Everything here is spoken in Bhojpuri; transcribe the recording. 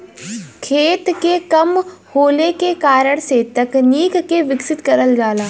खेत के कम होले के कारण से तकनीक के विकसित करल जाला